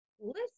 list